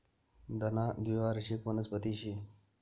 धना द्वीवार्षिक वनस्पती शे